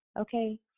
okay